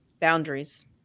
boundaries